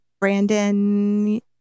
Brandon